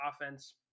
offense